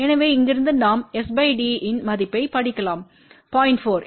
எனவே இங்கிருந்து நாம் s d இன் மதிப்பைப் படிக்கலாம் 0